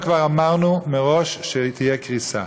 אלא גם לכך שתהיה בשכר